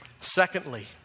Secondly